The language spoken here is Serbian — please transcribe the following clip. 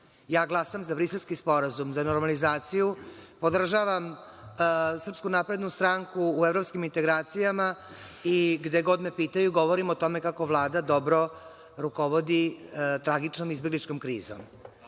– glasam za Briselski sporazum, za normalizaciju, podržavam Srspku naprednu stranku u evropskim integracijama i, gde god me pitaju, govorim o tome kako Vlada dobro rukovodi tragičnom izbegličkom krizom.